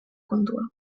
kontua